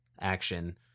action